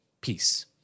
peace